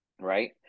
right